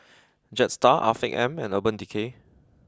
Jetstar Afiq M and Urban Decay